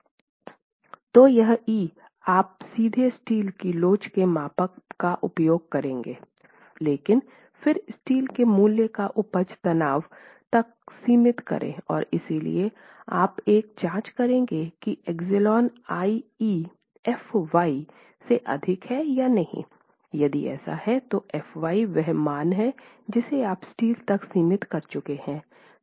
तो यहाँ E आप सीधे स्टील की लोच के मापांक का उपयोग करेंगे लेकिन फिर स्टील के मूल्य का उपज तनाव तक सीमित करें और इसलिए आप एक जांच करेंगे कि εiE f y से अधिक हैं या नहीं यदि ऐसा है तो f y वह मान है जिसे आप स्टील तक सीमित कर चुके हैं